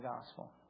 Gospel